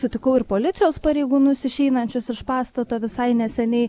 sutikau ir policijos pareigūnus išeinančius iš pastato visai neseniai